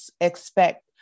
expect